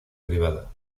privada